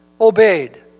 obeyed